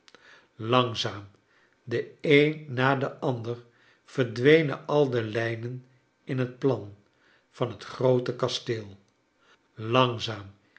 langzaam de een na de ander verdwenen al de lijnen in het plan van het groote kasteel langzaam